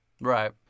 Right